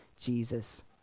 Jesus